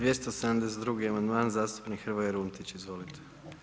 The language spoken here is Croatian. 272. amandman zastupnik Hrvoje Runtić, izvolite.